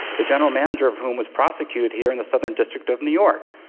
the general manager of whom was prosecuted here in the southern district of new york